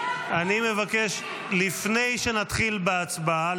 לפני שנתחיל בהצבעה,